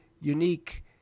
unique